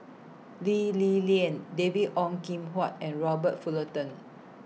Lee Li Lian David Ong Kim Huat and Robert Fullerton